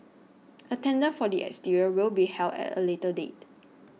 a tender for the exterior will be held at a later date